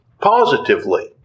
positively